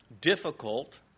difficult